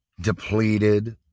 depleted